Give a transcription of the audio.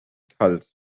kalt